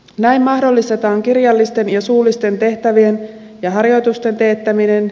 näin mahdollistetaan kirjallisten ja suullisten tehtävien ja harjoitusten teettäminen